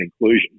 inclusion